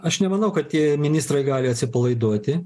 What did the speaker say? aš nemanau kad tie ministrai gali atsipalaiduoti